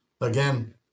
again